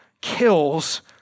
kills